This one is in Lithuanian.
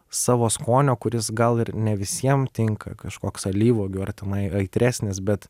savo skonio kuris gal ir ne visiem tinka kažkoks alyvuogių ar tenai aitresnis bet